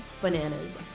bananas